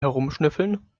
herumschnüffeln